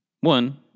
One